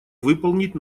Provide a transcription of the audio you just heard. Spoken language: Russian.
выполнить